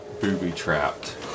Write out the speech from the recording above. booby-trapped